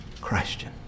Christian